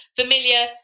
familiar